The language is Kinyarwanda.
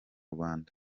rwanda